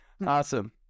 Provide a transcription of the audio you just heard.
Awesome